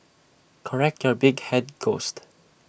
correct your big Head ghost